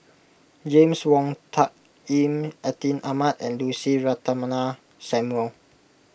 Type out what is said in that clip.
James Wong Tuck Yim Atin Amat and Lucy Ratnammah Samuel